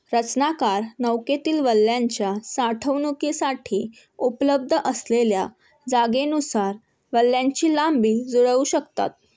रचनाकार नौकेतील वल्ह्यांच्या साठवणुकीसाठी उपलब्ध असलेल्या जागेनुसार वल्ह्यांची लांबी जुळवू शकतात